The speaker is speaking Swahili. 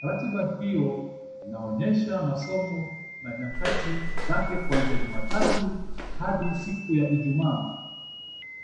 Ratiba hiyo inaonyesha masomo na nyakati zake kuanzia Jumatatu hadi siku ya Ijumaa.